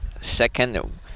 second